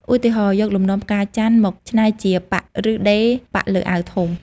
ឧទាហរណ៍ យកលំនាំផ្កាចន្ទន៍មកច្នៃជាប៉ាក់ឬដេរប៉ាក់លើអាវធំ។